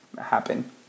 happen